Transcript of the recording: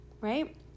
right